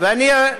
אני בא.